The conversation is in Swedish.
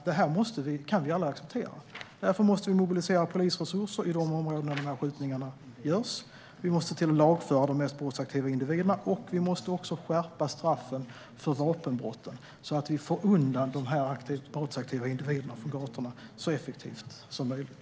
Detta kan vi aldrig acceptera, och därför måste vi mobilisera polisresurser i de områden där dessa skjutningar görs, lagföra de mest brottsaktiva individerna och skärpa straffen för vapenbrott så att vi får bort dessa brottsaktiva individer från gatorna så effektivt som möjligt.